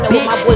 Bitch